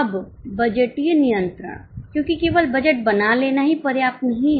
अब बजटीय नियंत्रण क्योंकि केवल बजट बना लेना ही पर्याप्त नहीं है